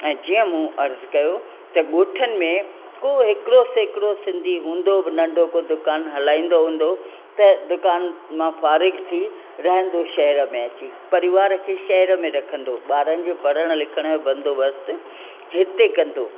ऐं जीअं मूं अर्ज़ु कयो को हिकिड़ो सेकिड़ो सिंधी हूंदो बि नन्ढो को दुकानु हलाईंदो हूंदो त दुकान मां फारिग़ु थी रहंदो शहर में अची परिवार खे शहर में रखंदो ॿारनि जो पढ़ण लिखण जो बंदोबस्तु हिते कंदो